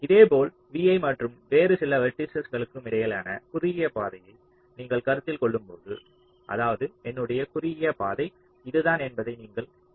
இதேபோல் vi மற்றும் வேறு சில வெர்ட்டிஸஸ்களுக்கும் இடையிலான குறுகிய பாதையை நீங்கள் கருத்தில் கொள்ளும்போது அதாவது என்னுடைய குறுகிய பாதை இதுதான் என்பதை நீங்கள் காணலாம்